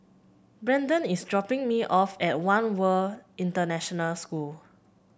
Brenden is dropping me off at One World International School